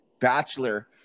bachelor